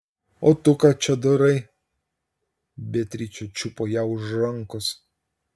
o tu ką čia darai beatričė čiupo ją už rankos